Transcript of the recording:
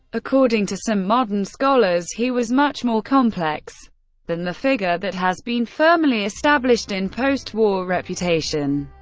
according to some modern scholars, he was much more complex than the figure that has been firmly established in post-war reputation.